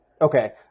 Okay